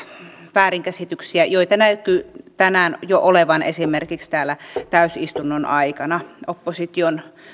väärinkäsityksiä joita näkyi tänään jo olevan esimerkiksi täällä täysistunnon aikana opposition